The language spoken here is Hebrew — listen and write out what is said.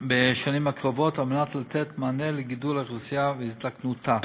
בשנים הקרובות על מנת לתת מענה לגידול האוכלוסייה והזדקנותה.